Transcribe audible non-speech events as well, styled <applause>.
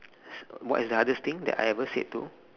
<noise> what is the hardest thing that I ever said to